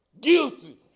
Guilty